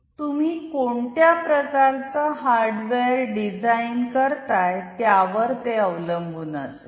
तुम्ही कोणत्या प्रकारचा हार्डवेअर डिझाईन करताय त्यावर ते अवलंबून असेल